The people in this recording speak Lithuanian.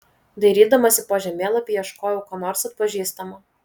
dairydamasi po žemėlapį ieškojau ko nors atpažįstamo